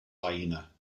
hyena